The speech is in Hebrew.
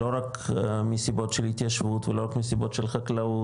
לא רק מסיבות של התיישבות ולא רק מסיבות של חקלאות,